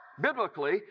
biblically